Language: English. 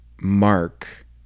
Mark